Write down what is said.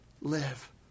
live